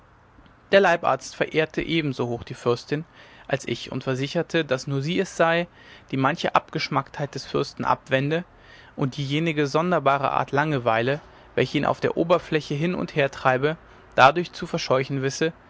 der leibarzt verehrte ebenso hoch die fürstin als ich und versicherte daß nur sie es sei die manche abgeschmacktheit des fürsten abwende und diejenige sonderbare art langeweile welche ihn auf der oberfläche hin und hertreibe dadurch zu verscheuchen wisse